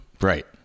Right